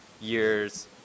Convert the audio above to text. years